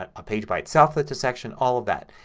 ah a page by itself that's a section. all of that.